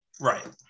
Right